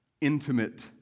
intimate